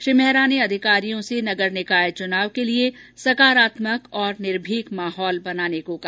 श्री मेहरा ने अधिकारियों से नगर निकाय चुनाव के लिए सकारात्मक तथा निर्भिक माहौल बनाने को कहा